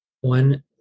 one